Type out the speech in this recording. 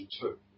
two